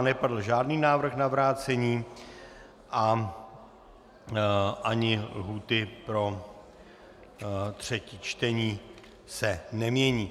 Nepadl žádný návrh na vrácení a ani lhůty pro třetí čtení se nemění.